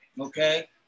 okay